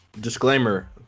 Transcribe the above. disclaimer